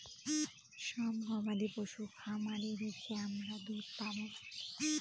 সব গবাদি পশু খামারে রেখে আমরা দুধ পাবো